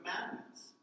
commandments